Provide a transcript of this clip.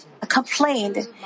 complained